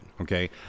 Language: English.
okay